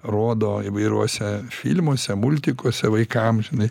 rodo įvairiuose filmuose multikuose vaikams žinai